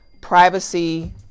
privacy